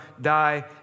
die